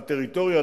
הטריטוריה,